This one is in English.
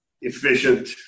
efficient